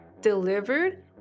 delivered